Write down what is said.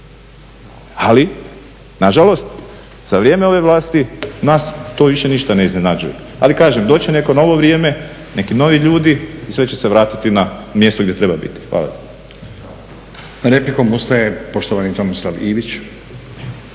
Ali nažalost za vrijeme ove vlasti nas to više ništa ne iznenađuje. Ali kažem, doći će neko novo vrijeme, neki novi ljudi i sve će se vratiti na mjesto gdje treba biti. Hvala lijepo. **Stazić,